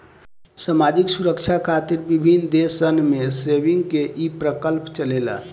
सामाजिक सुरक्षा खातिर विभिन्न देश सन में सेविंग्स के ई प्रकल्प चलेला